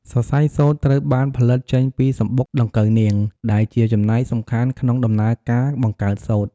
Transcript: សរសៃសូត្រត្រូវបានផលិតចេញពីសំបុកដង្កូវនាង ដែលជាចំណែកសំខាន់ក្នុងដំណើរការបង្កើតសូត្រ។